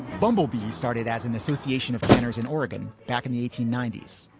bumblebee started as an association of cannas in oregon back in the nineteen ninety s.